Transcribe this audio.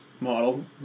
model